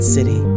City